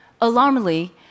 Alarmingly